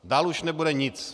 Dál už nebude nic.